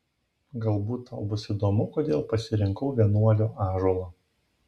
galbūt tau bus įdomu kodėl pasirinkau vienuolio ąžuolą